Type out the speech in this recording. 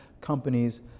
companies